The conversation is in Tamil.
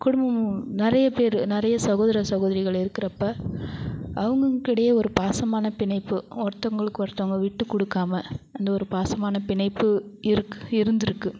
குடும்பம் நிறைய பேர் நிறைய சகோதர சகோதரிகள் இருக்குறப்போ அவங்கவுங்கக்கிட்டையே ஒரு பாசமான பிணைப்பு ஒருத்தவங்களுக்கு ஒருத்தவங்க விட்டுக் கொடுக்காம அந்த ஒரு பாசமான பிணைப்பு இருக் இருந்துருக்கு